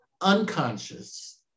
unconscious